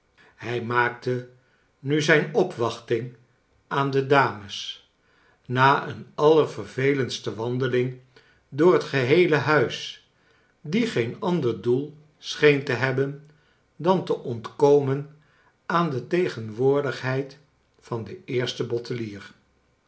hij maakte nu zijn opwachting aan de dames na een allervervelendste wandeling door het ge heele huis die geen ander doel scheen te hebben dan te ontkomen aan de tegenwoordigheid van den eersten